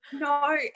No